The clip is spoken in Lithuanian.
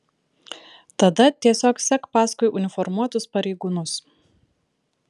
tada tiesiog sek paskui uniformuotus pareigūnus